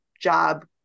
job